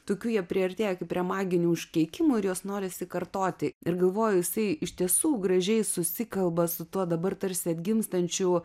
tokių jie priartėja kaip prie maginių užkeikimų ir juos norisi kartoti ir galvoju jisai iš tiesų gražiai susikalba su tuo dabar tarsi atgimstančiu